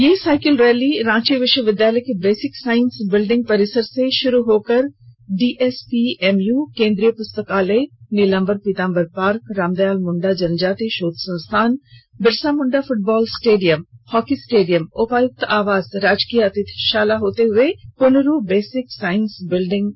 यह cycle rally Ranchi विश्वविद्यालय के बेसिक साइंस बिल्डिंग परिसर से प्रारंभ होकर डीएसपीएमय केंद्रीय पुस्तकालय नीलांबर पीताम्बर पार्क रामदयाल मुंडा जनजातीय शोध संस्थान Birsa Munda football stadium hockey stadium उपायुक्त आवास राजकीय अतिथिशाला होते हुए पुनरू बेसिक साइंस बिल्डिंग परिसर पहुंचकर समाप्त हुई